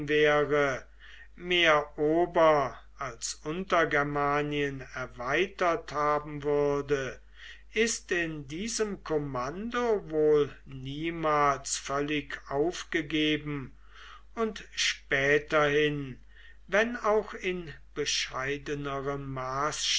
mehr ober als untergermanien erweitert haben würde ist in diesem kommando wohl niemals völlig aufgegeben und späterhin wenn auch in bescheidenerem